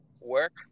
work